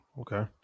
okay